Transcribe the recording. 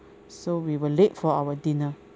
so we were late for our dinner